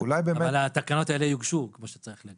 אבל התקנות האלה יוגשו כמו שצריך.